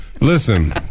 listen